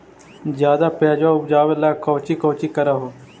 ज्यादा प्यजबा उपजाबे ले कौची कौची कर हो?